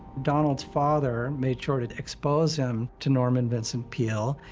donald's father made sure to expose him to norman vincent peale.